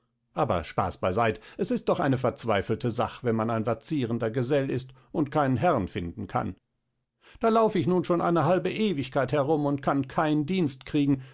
aber spaß beiseit es ist doch eine verzweifelte sach wenn man ein vacierender gesell ist und keinen herrn finden kann da lauf ich nun schon eine halbe ewigkeit herum und kann keinen dienst kriegen